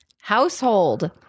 household